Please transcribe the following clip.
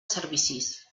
servicis